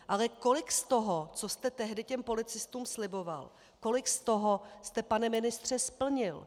Ale kolik z toho, co jste tehdy policistům sliboval, kolik z toho jste, pane ministře, splnil?